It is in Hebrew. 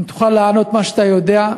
אם תוכל לענות מה שאתה יודע,